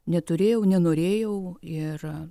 neturėjau nenorėjau ir